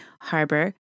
harbor